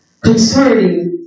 concerning